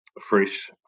fresh